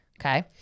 Okay